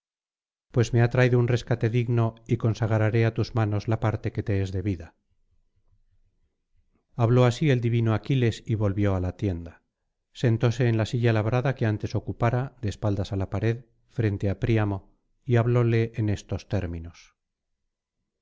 pues me ha traído un rescate digno y consagraré á tus manes la parte que te es de vida habló así el divino aquiles y volvió á la tienda sentóse en la silla labrada que antes ocupara de espaldas á la pared frente á príamo y hablóle en estos términos